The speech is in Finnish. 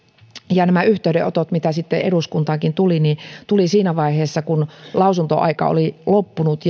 ja nämä yhteydenotot mitä sitten eduskuntaankin tuli tulivat siinä vaiheessa kun lausuntoaika oli loppunut